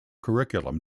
curriculum